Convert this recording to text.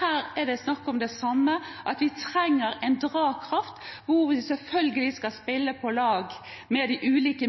Her er det snakk om det samme, at vi trenger dragkraft, og at vi selvfølgelig skal spille på lag med de ulike